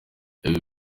ibi